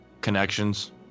connections